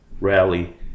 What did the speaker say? rally